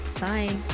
Bye